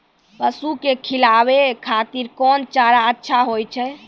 पसु के खिलाबै खातिर कोन चारा अच्छा होय छै?